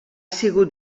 sigut